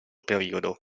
periodo